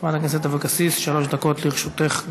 חברת הכנסת אבקסיס, שלוש דקות לרשותך.